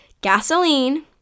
gasoline